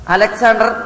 Alexander